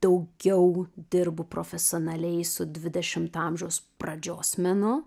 daugiau dirbu profesionaliai su dvidešimto amžiaus pradžios menu